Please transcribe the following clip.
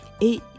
Et